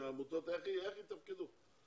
שהעמותות, איך יתפקדו?